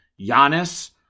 Giannis